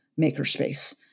makerspace